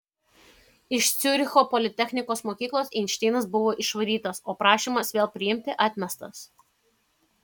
iš ciuricho politechnikos mokyklos einšteinas buvo išvarytas o prašymas vėl priimti atmestas